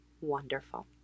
Wonderful